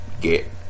get